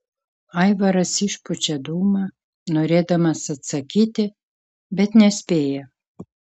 aivaras išpučia dūmą norėdamas atsakyti bet nespėja